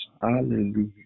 Hallelujah